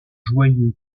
joyeux